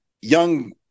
Young